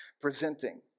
presenting